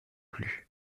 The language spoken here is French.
plus